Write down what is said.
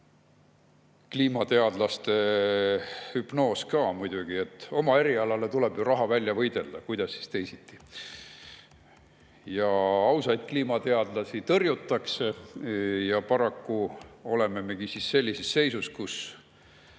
kliimateadlaste hüpnoos ka muidugi, et oma erialale raha välja võidelda. Kuidas siis teisiti? Ja ausaid kliimateadlasi tõrjutakse. Paraku olemegi sellises seisus, kus